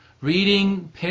Reading